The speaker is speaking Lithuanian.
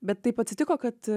bet taip atsitiko kad